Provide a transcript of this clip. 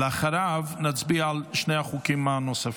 אחריו נצביע על שני החוקים הנוספים.